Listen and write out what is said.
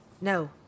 No